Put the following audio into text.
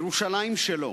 ירושלים שלו.